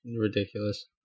ridiculous